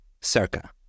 Circa